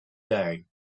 day